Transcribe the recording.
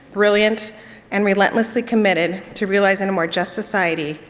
brilliant and relentlessly committed to realize in a more just society,